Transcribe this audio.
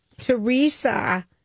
Teresa